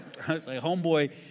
Homeboy